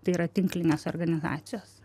tai yra tinklinės organizacijos